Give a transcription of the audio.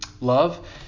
Love